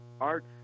arts